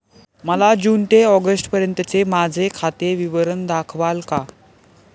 मला जून ते ऑगस्टपर्यंतचे माझे खाते विवरण दाखवाल का?